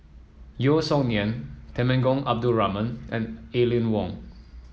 Yeo Song Nian Temenggong Abdul Rahman and Aline Wong